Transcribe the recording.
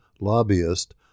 lobbyist